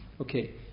okay